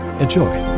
Enjoy